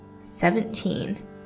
Seventeen